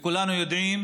כולנו יודעים